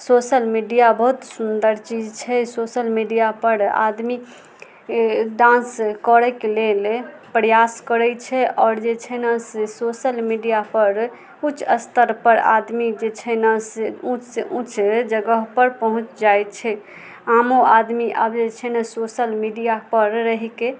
social media बहुत सुन्दर चीज छै सोशल मीडिया पर आदमी डान्स करैके लेल प्रयास करै छै आओर जे छै ने से सोशल मीडिया पर उच्च स्तर पर आदमी जे छै ने से ऊँच से ऊँच जगह पर पहुँच जाइ छै आमो आदमी आब जे छै ने सोशल मीडिया पर रहिके